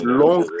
long